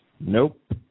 Nope